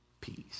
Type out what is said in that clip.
peace